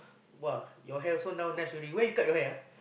!wah! your hair also now nice already where you cut your hair ah